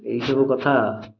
ଏଇ ସବୁ କଥା